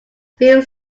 feel